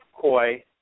Koi